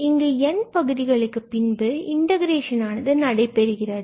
இங்கு n பகுதிகளுக்கு பின்பு இன்டகிரேசன் ஆனது நடைபெறுகிறது